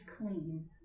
clean